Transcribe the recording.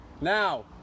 Now